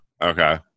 okay